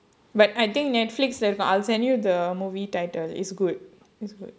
but I think Netflix I'll send you the movie title is good is good